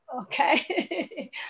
Okay